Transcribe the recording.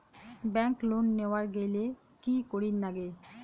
Bank loan নেওয়ার গেইলে কি করীর নাগে?